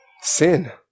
sin